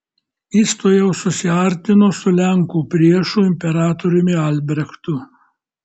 jis tuojau susiartino su lenkų priešu imperatoriumi albrechtu